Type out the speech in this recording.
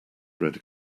red